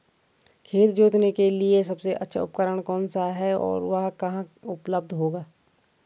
खेत जोतने के लिए सबसे अच्छा उपकरण कौन सा है और वह कहाँ उपलब्ध होगा?